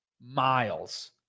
miles